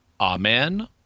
amen